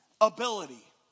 ability